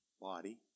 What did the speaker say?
body